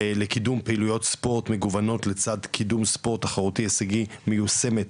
לקידום פעילויות ספורט מגוונות לצד קידום ספורט תחרותי הישגי מיושמת,